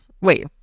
wait